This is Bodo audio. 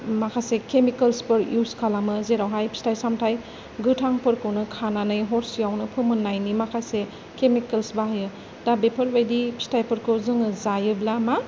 माखासे केमिकेल्स फोर इउज खालामो जेरावहाय फिथाय सामथाय गोथांफोरखौनो खानानै हरसेयावनो फोमोन्नायनि माखासे केमिकेल्स बाहायो दा बेफोरबायदि फिथायफोरखौ जोङो जायोब्ला मा